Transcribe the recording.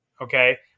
Okay